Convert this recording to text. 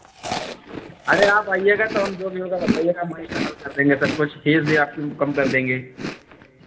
अरे आप आइएगा तो हम जो भी होगा बताइएगा हम वहीं पे हल कर देंगे सब कुछ फ़ीस भी आपकी हम कम कर देंगे